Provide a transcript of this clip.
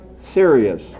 serious